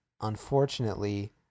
unfortunately